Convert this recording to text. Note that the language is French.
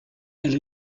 elle